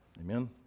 amen